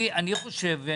אני חושב,